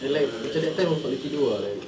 like macam that time aku tak boleh tidur ah like